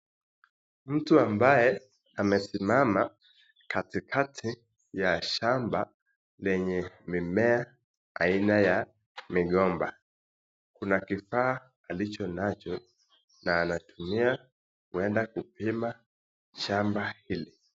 Mtu ambaye amesimama katikati ya shamba lenye mimea aina ya migomba. Kuna kifaa alichonacho na anatumia kwenda kupima shamba hili.